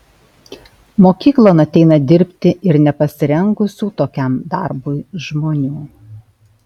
mokyklon ateina dirbti ir nepasirengusių tokiam darbui žmonių